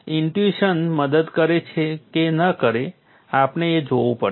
intuition મદદ કરે કે ન કરે આપણે એ જોવું પડશે